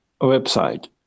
website